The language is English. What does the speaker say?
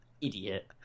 Idiot